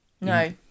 no